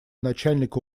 начальника